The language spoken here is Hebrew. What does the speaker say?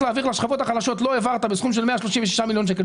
להעביר לשכבות החלשות לא העברת בסכום של 136 מיליון שקלים,